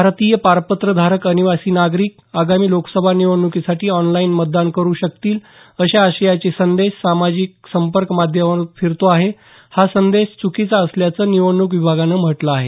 भारतीय पारपत्र धारक अनिवासी नागरिक आगामी लोकसभा निवडणुकीसाठी ऑनलाईन मतदान करुन शकतील अशा आशयाचा संदेश सामाजिक संपर्क माध्यमांवरून फिरतो आहे हा संदेश च्कीचा असल्याचं निवडणूक विभागानं म्हटलं आहे